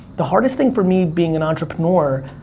the hardest thing for me, being an entrepreneur,